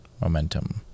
Momentum